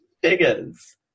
figures